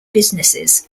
businesses